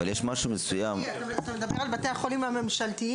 אבל יש משהו מסוים --- אתה מדבר על בתי החולים הממשלתיים?